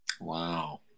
Wow